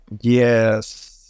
Yes